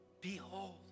behold